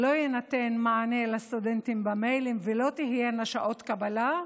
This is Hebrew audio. לא יינתן מענה לסטודנטים במיילים ולא תהיינה שעות קבלה,